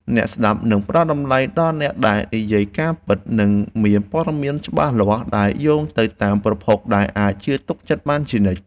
អ្នកស្ដាប់នឹងផ្តល់តម្លៃដល់អ្នកដែលនិយាយការពិត និងមានព័ត៌មានច្បាស់លាស់ដែលយោងទៅតាមប្រភពដែលអាចជឿទុកចិត្តបានជានិច្ច។